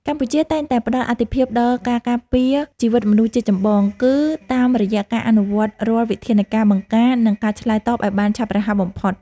កម្ពុជាតែងតែផ្តល់អាទិភាពដល់ការការពារជីវិតមនុស្សជាចម្បង គឺតាមរយៈការអនុវត្តរាល់វិធានការបង្ការ និងការឆ្លើយតបឱ្យបានឆាប់រហ័សបំផុត។